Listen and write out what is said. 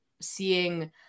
seeing